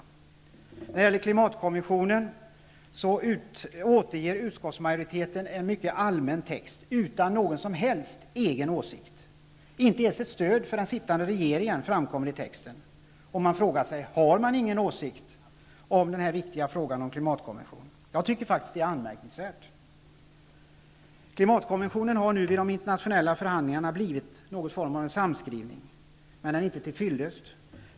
När det gäller klimatkonventionen återger utskottsmajoriteten en mycket allmän text utan någon som helst egen åsikt. Inte ens ett stöd för den sittande regeringens uppfattning framkommer i texten. Man frågar sig: Har utskottsmajoriteten ingen åsikt om denna viktiga fråga rörande klimatkonventionen? Jag tycker faktiskt att detta är anmärkningsvärt. Klimatkonventionen har nu vid de internationella förhandlingarna blivit någon form av en samskrivning, men den är inte till fyllest.